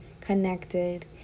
connected